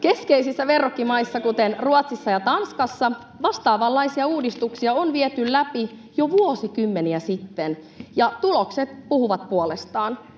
Keskeisissä verrokkimaissa, kuten Ruotsissa ja Tanskassa, vastaavanlaisia uudistuksia on viety läpi jo vuosikymmeniä sitten, ja tulokset puhuvat puolestaan.